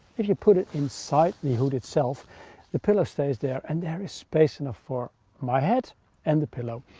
if you put it inside the hood itself the pillow stays there and there is space enough for my head and the pillow.